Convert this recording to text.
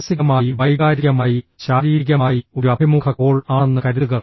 മാനസികമായി വൈകാരികമായി ശാരീരികമായി ഒരു അഭിമുഖ കോൾ ആണെന്ന് കരുതുക